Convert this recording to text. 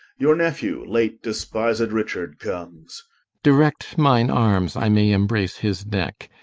your nephew, late despised richard, comes direct mine armes, i may embrace his neck,